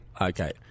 okay